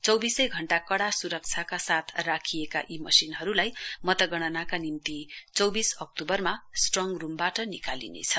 चौबिसै घण्टा कडा सुरक्षाका साथ राखिएका यी मशिनहरूलाई मतगणनाका निम्ति चौबिस अक्टूबरमा स्ट्रङ रूमबाट निकालिनेछ